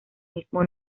mismo